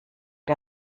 der